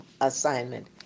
assignment